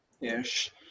ish